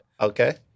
Okay